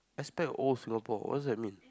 aspect of old Singapore what does that mean